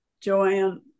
Joanne